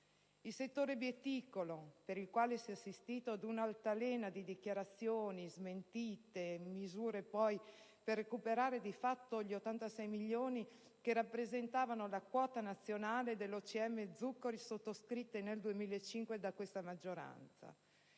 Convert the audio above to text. al settore bieticolo, per esso si è assistito ad un'altalena di dichiarazioni, smentite e misure per recuperare, di fatto, gli 86 milioni di euro, che rappresentano la quota nazionale dell'OCM zuccheri sottoscritta nel 2005 da questa maggioranza.